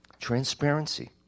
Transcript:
Transparency